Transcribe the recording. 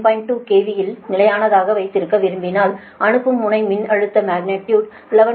2 KV இல் நிலையானதாக வைத்திருக்க விரும்பினால் அனுப்பும் முனை மின்னழுத்த மக்னிடியுடு 11